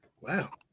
Wow